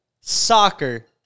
soccer